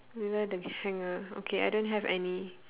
below the hanger okay I don't have any